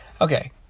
Okay